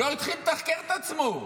לא התחיל לתחקר את עצמו?